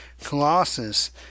Colossus